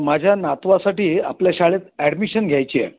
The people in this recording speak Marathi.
माझ्या नातवासाठी आपल्या शाळेत ॲडमिशन घ्यायची आहे